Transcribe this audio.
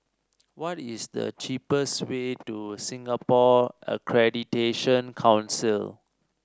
what is the cheapest way to Singapore Accreditation Council